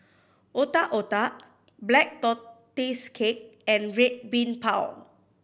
Otak Otak Black Tortoise Cake and Red Bean Bao